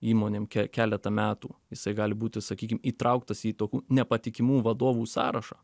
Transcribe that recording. įmonėm ke keletą metų jisai gali būti sakykim įtrauktas į tokių nepatikimų vadovų sąrašą